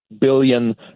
billion